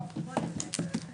יום שגרתי בכנסת,